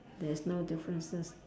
there's no differences